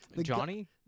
Johnny